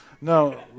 No